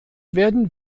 werden